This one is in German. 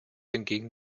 hingegen